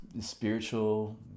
Spiritual